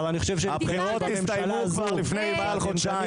הבחירות הסתיימו כבר לפני חודשיים.